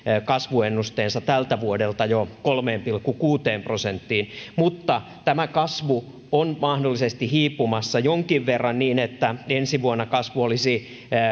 kasvuennusteensa tältä vuodelta jo kolmeen pilkku kuuteen prosenttiin mutta tämä kasvu on mahdollisesti hiipumassa jonkin verran niin että ensi vuonna kasvu olisi